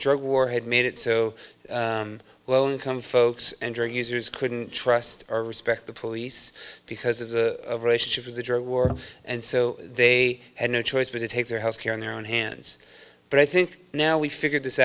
drug war had made it so well income folks and drug users couldn't trust or respect the police because it's a relationship with the drug war and so they had no choice but to take their health care in their own hands but i think now we figured this